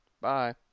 Bye